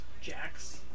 Jack's